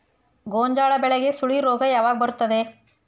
ಗೋಂಜಾಳ ಬೆಳೆಗೆ ಸುಳಿ ರೋಗ ಯಾವಾಗ ಬರುತ್ತದೆ?